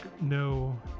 no